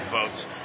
votes